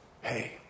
Hey